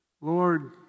Lord